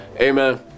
Amen